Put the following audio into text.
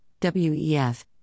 WEF